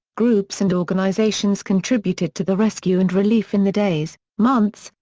groups and organizations contributed to the rescue and relief in the days, months,